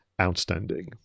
outstanding